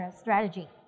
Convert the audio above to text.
strategy